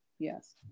Yes